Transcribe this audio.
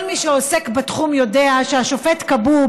כל מי שעוסק בתחום יודע שהשופט כבוב